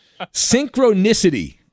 Synchronicity